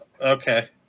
Okay